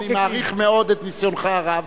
אני מעריך מאוד את ניסיונך הרב.